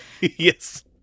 Yes